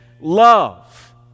love